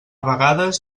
vegades